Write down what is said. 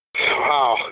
Wow